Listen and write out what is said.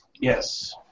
Yes